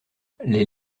les